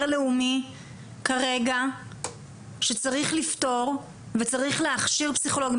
לאומי כרגע שצריך לפתור ולהכשיר פסיכולוגים?